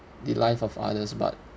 the life of others but